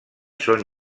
són